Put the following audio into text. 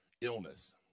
illness